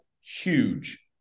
huge